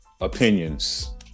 Opinions